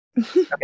Okay